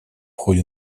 ходе